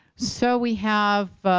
so we have